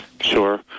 Sure